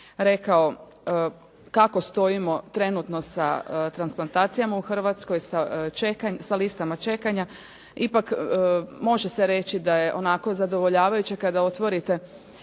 rekao kako stojimo trenutno sa transplantacijama u Hrvatskoj, sa listama čekanja. Ipak može se reći da je onako zadovoljavajuće kada otvorite